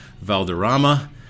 Valderrama